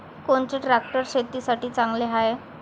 कोनचे ट्रॅक्टर शेतीसाठी चांगले हाये?